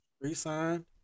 Resigned